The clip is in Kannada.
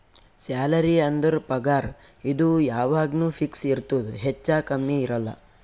ಸ್ಯಾಲರಿ ಅಂದುರ್ ಪಗಾರ್ ಇದು ಯಾವಾಗ್ನು ಫಿಕ್ಸ್ ಇರ್ತುದ್ ಹೆಚ್ಚಾ ಕಮ್ಮಿ ಇರಲ್ಲ